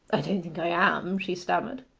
i don't think i am she stammered.